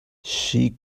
she